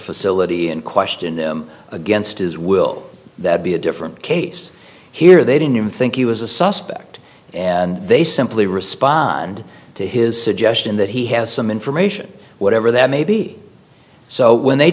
facility and question them against his will that be a different case here they didn't think he was a suspect and they simply respond to his suggestion that he has some information whatever that may be so when they